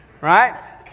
right